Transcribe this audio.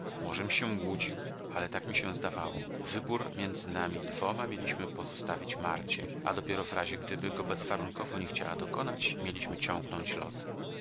możem się łudził ale tak mi się zdawało wybór między nami dwoma mieliśmy pozostawić marcie a dopiero w razie gdyby go bezwarunkowo nie chciała dokonać mieliśmy ciągnąć losy